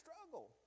struggle